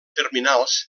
terminals